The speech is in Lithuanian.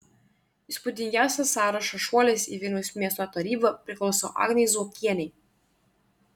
įspūdingiausias sąrašo šuolis į vilniaus miesto tarybą priklauso agnei zuokienei